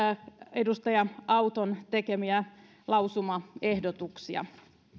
edustaja auton tekemiä lausumaehdotuksia